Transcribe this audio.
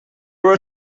were